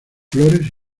flores